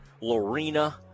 Lorena